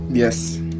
Yes